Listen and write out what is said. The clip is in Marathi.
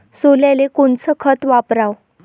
सोल्याले कोनचं खत वापराव?